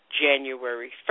January